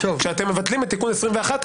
כשאתם מבטלים את תיקון 21,